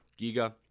Giga